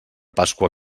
pasqua